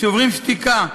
"שוברים שתיקה"